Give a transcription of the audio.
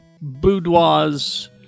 boudoirs